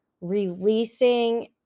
releasing